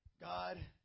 God